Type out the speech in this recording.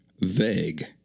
vague